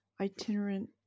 itinerant